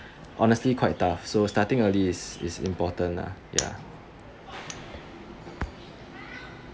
honestly quite tough so starting early is is important lah ya